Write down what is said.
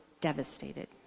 devastated